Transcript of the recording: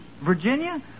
Virginia